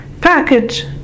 package